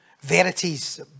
verities